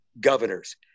governors